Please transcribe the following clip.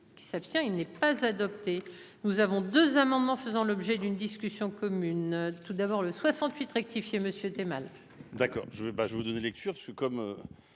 Qui s'abstient. Il n'est pas adopté. Nous avons 2 amendements faisant l'objet d'une discussion commune. Tout d'abord le 68 rectifié es mal. D'accord je vais pas je vous donner lecture